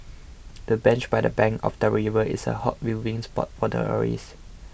the bench by the bank of the river is a hot viewing spot for tourists